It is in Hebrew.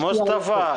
מוסטפא,